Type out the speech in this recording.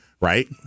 right